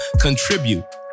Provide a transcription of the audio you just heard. contribute